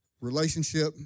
relationship